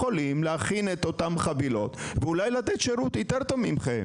יכולים להכין את אותן חבילות ואולי לתת שירות יותר טוב מכם.